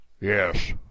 Yes